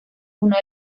uno